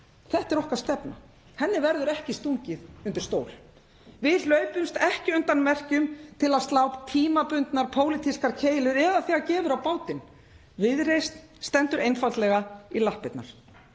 Þetta er okkar stefna. Henni verður ekki stungið undir stól. Við hlaupumst ekki undan merkjum til að slá tímabundnar pólitískar keilur eða þegar gefur á bátinn. Viðreisn stendur einfaldlega í lappirnar.